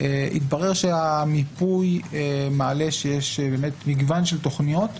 התברר שהמיפוי מעלה שיש מגוון של תכניות,